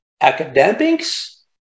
academics